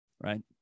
right